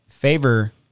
Favor